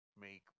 make